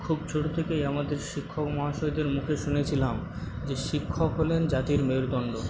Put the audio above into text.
খুব ছোট থেকেই আমাদের শিক্ষক মহাশয়দের মুখে শুনেছিলাম যে শিক্ষক হলেন জাতির মেরুদণ্ড